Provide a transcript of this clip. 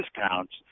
discounts